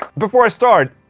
before i start.